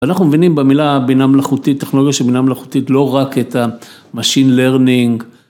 אנחנו מבינים במילה בינה מלאכותית, טכנולוגיה של בינה מלאכותית לא רק את המשין לרנינג,